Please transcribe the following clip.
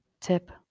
tip